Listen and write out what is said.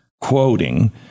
Quoting